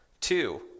Two